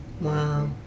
Wow